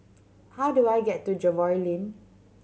how do I get to Jervois Lane